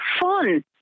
fun